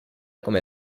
come